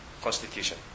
constitution